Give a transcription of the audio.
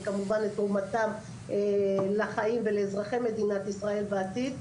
וכמובן תרומתם לחיים ולאזרחי מדינת ישראל בעתיד,